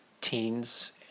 teens